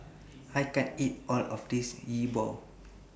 I can't eat All of This Yi Bua